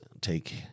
take